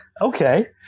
Okay